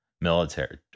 military